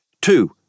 two